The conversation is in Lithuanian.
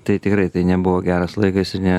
tai tikrai tai nebuvo geras laikas ir ne